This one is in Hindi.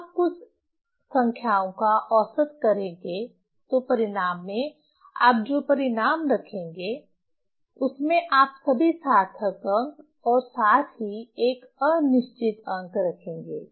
जब आप कुछ संख्याओं का औसत करेंगे तो परिणाम में आप जो परिणाम रखेंगे उसमें आप सभी सार्थक अंक और साथ ही एक अनिश्चित अंक रखेंगे